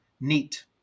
Neat